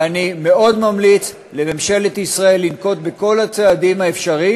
ואני מאוד ממליץ לממשלת ישראל לנקוט את כל הצעדים האפשריים